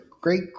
great